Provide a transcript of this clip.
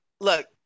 Look